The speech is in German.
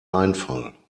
einfall